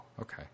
okay